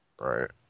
Right